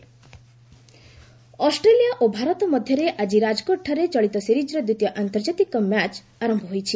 cricket ଇଣ୍ଡ୍ ଅସ୍ Australia ଓ ଭାରତ ମଧ୍ୟରେ ଆଜି ରାଜକୋଟ୍ଠାରେ ଚଳିତ ସିରିଜ୍ର ଦ୍ୱିତୀୟ ଆନ୍ତର୍ଜାତିକ ମ୍ୟାଚ୍ ଆରମ୍ଭ ହୋଇଛି